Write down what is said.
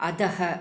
अधः